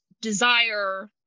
desire